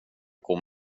komma